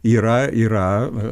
yra yra